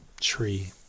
tree